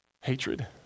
Hatred